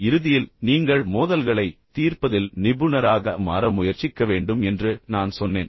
இறுதியில் நீங்கள் மோதல்களைத் தீர்ப்பதில் நிபுணராக மாற முயற்சிக்க வேண்டும் என்று நான் சொன்னேன்